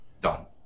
done